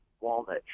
walnut